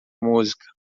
música